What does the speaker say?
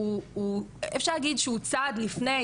אפשר להגיד שהוא צעד לפני,